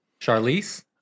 Charlize